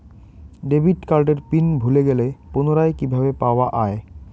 Debit কার্ডের PIN ভুলে গেলে পুনরায় কিভাবে পাওয়া য়ায়?